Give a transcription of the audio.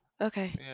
Okay